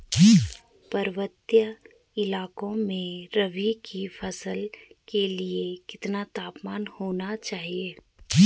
पर्वतीय इलाकों में रबी की फसल के लिए कितना तापमान होना चाहिए?